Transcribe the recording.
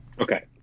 Okay